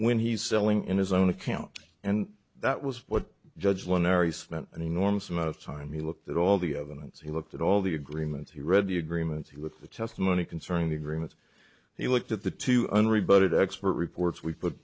when he's selling in his own account and that was what judge larry smith an enormous amount of time he looked at all the evidence he looked at all the agreements he read the agreements he looked the testimony concerning the agreement he looked at the two unreported expert reports we put